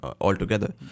altogether